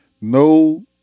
No